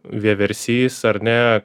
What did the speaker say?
vieversys ar ne